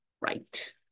Right